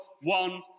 One